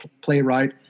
playwright